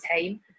time